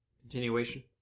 Continuation